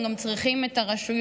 הם גם צריכים את הרשויות,